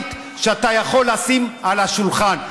המינימלית שאתה יכול לשים על השולחן.